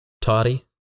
toddy